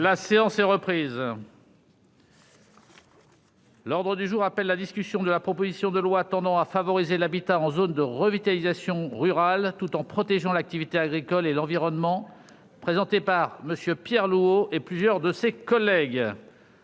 La séance est reprise. L'ordre du jour appelle la discussion, à la demande du groupe Union Centriste, de la proposition de loi tendant à favoriser l'habitat en zones de revitalisation rurale tout en protégeant l'activité agricole et l'environnement, présentée par M. Pierre Louault et plusieurs de ses collègues